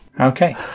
okay